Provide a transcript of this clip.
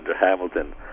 hamilton